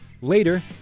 Later